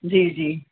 जी जी